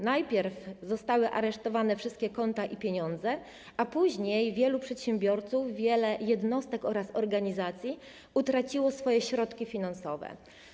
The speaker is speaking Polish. Najpierw zostały aresztowane wszystkie konta i pieniądze, a później wielu przedsiębiorców, wiele jednostek oraz organizacji utraciło środki finansowe.